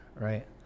Right